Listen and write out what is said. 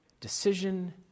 decision